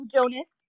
Jonas